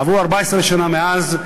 עברו 14 שנה מאז,